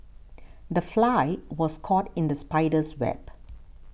the fly was caught in the spider's web